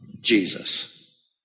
Jesus